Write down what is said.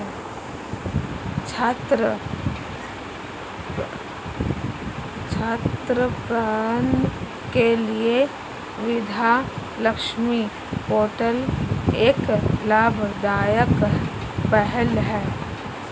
छात्र ऋण के लिए विद्या लक्ष्मी पोर्टल एक लाभदायक पहल है